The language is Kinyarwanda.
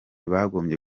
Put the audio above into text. bagombye